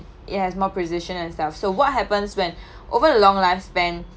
it has more precision and stuff so what happens when over the long lifespan